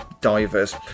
Divers